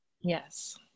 Yes